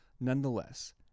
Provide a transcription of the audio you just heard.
Nonetheless